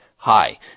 Hi